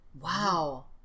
Wow